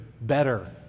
better